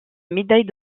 médaille